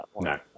No